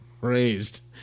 raised